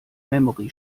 memory